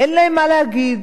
אין להם מה להגיד,